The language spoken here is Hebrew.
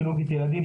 כירורגית ילדים,